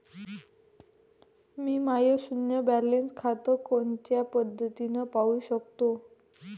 मी माय शुन्य बॅलन्स खातं कोनच्या पद्धतीनं पाहू शकतो?